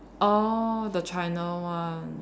orh the China one